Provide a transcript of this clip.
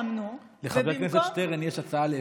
לחבר הכנסת שטרן יש הצעה להסבר.